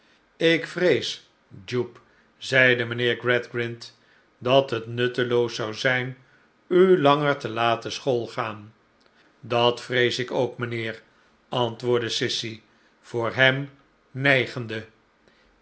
ik vrees jupe zeide mijhheer gradgrind dat het nutteloos zou zijn u langer te laten schoolgaan dat vrees ik ook mynheer antwoordde sissy voor hem nijgende